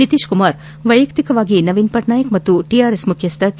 ನಿತೀಶ್ಕುಮಾರ್ ವೈಯಕ್ತಿಕವಾಗಿ ನವೀನ್ ಪಟ್ನಾಯಕ್ ಹಾಗೂ ಟಿಆರ್ಎಸ್ ಮುಖ್ಯಸ್ತ ಕೆ